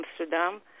Amsterdam